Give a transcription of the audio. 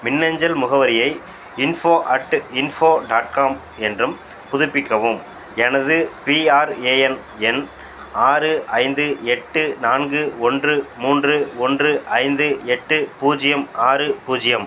மின்னஞ்சல் முகவரியை info at info dot com என்றும் புதுப்பிக்கவும் எனது பிஆர்ஏஎன் எண் ஆறு ஐந்து எட்டு நான்கு ஒன்று மூன்று ஒன்று ஐந்து எட்டு பூஜ்யம் ஆறு பூஜ்யம்